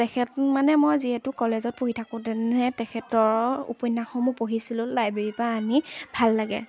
তেখেত মানে মই যিহেতু কলেজত পঢ়ি থাকোঁ তেনেহে তেখেতৰ উপন্যাসসমূহ পঢ়িছিলোঁ লাইব্ৰেৰীৰ পৰা আনি ভাল লাগে